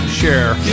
share